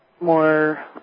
more